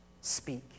Speak